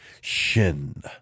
shin